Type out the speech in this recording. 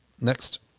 Next